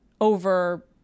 over